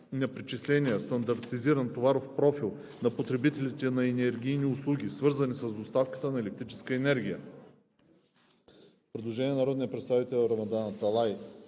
предложение на народния представител Рамадан Аталай,